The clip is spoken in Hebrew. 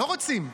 לא רוצים,